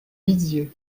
lisiez